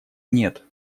нет